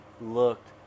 looked